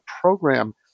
program